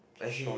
that he